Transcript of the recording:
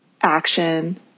action